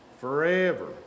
Forever